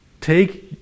take